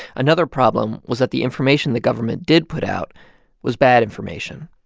another problem was that the information the government did put out was bad information.